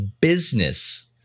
business